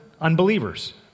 unbelievers